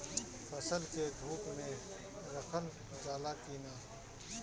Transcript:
फसल के धुप मे रखल जाला कि न?